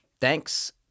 Thanks